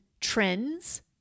trends